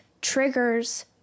triggers